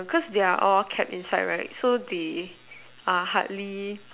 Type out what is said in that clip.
cause they are kept inside right so they are hardly